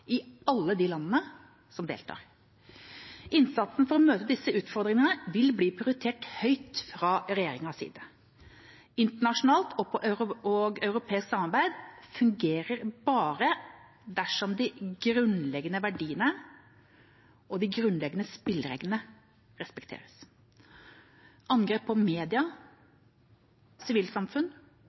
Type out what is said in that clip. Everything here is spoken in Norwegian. i alle landene som deltar. Innsatsen for å møte disse utfordringene vil bli prioritert høyt fra regjeringas side. Internasjonalt og europeisk samarbeid fungerer bare dersom de grunnleggende verdiene og de grunnleggende spillereglene respekteres. Angrep på media, sivilsamfunn